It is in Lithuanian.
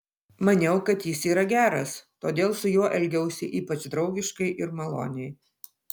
maniau kad jis yra geras todėl su juo elgiausi ypač draugiškai ir maloniai